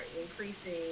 increasing